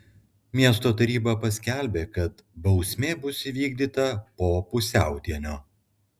miesto taryba paskelbė kad bausmė bus įvykdyta po pusiaudienio